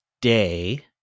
day